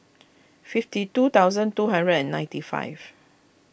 fifty two thousand two hundred and ninety five